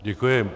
Děkuji.